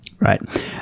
Right